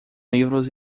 livros